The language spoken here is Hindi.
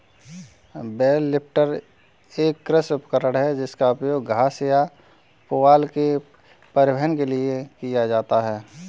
बेल लिफ्टर एक कृषि उपकरण है जिसका उपयोग घास या पुआल के परिवहन के लिए किया जाता है